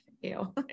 ew